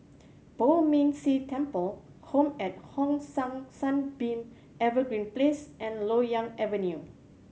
Poh Ming Tse Temple Home at Hong San Sunbeam Evergreen Place and Loyang Avenue